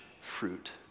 fruit